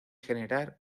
generar